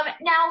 Now